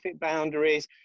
boundaries